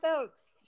Oaks